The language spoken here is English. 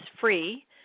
free